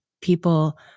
people